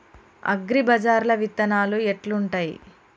అగ్రిబజార్ల విత్తనాలు ఎట్లుంటయ్?